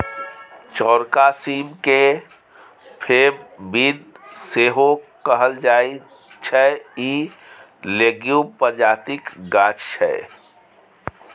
चौरका सीम केँ फेब बीन सेहो कहल जाइ छै इ लेग्युम प्रजातिक गाछ छै